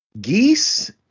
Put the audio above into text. Geese